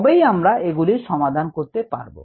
তবেই আমরা এগুলির সমাধান করতে পারব